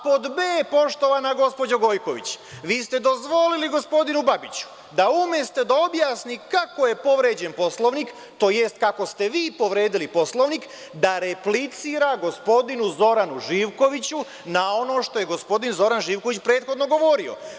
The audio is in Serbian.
Pod b, poštovana gospođo Gojković, vi ste dozvolili gospodinu Babiću, da umesto da objasni kako je povređen Poslovnik, tj. kako ste vi povredili Poslovnik, da replicira gospodinu Zoranu Živkoviću na ono što je gospodin Zoran Živković prethodno govorio.